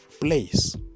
place